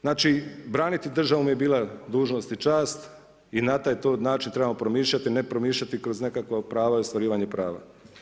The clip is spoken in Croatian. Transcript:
Znači, braniti državu mi je bila dužnost i čast i na taj to način trebamo promišljati, ne promišljati kroz nekakva prava i ostvarivanja prava.